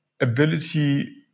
ability